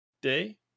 day